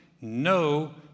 No